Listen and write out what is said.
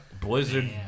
Blizzard